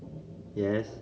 yes